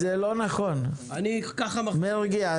זה לא נכון, מרגי.